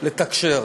לתקשר,